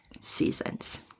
seasons